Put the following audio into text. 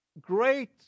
Great